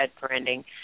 branding